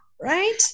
right